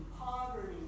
poverty